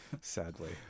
Sadly